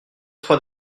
trois